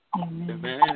Amen